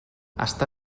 està